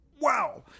wow